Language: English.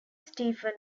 stephen